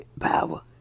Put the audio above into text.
power